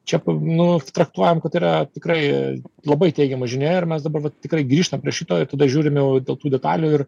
čia nu traktuojam kad tai yra tikrai labai teigiama žinia ir mes dabar vat tikrai grįžtam prie šito ir tada žiūrim jau dėl tų detalių ir